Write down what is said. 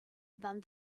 than